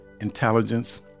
intelligence